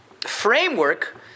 framework